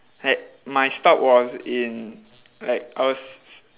like my stop was in like I was